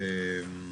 אוקיי.